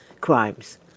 crimes